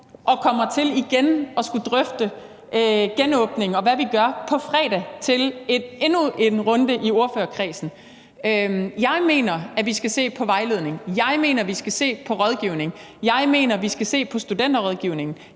vi kommer til igen at skulle drøfte genåbningen, og hvad vi gør, på fredag til endnu en runde i ordførerkredsen. Jeg mener, at vi skal se på vejledning; jeg mener, at vi skal se på rådgivning; jeg mener, at vi skal se på Studenterrådgivningen;